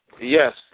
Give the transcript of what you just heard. Yes